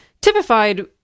typified